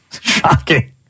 Shocking